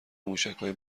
موشکهای